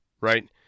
Right